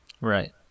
Right